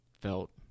felt